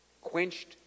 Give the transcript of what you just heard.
quenched